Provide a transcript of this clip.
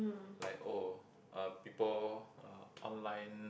like oh uh people uh online